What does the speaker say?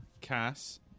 Cass